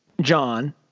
John